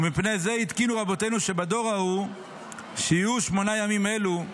ומפני זה התקינו רבותינו שבדור ההוא שיהיו שמונה ימים אלו,